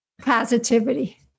positivity